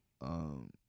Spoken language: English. um-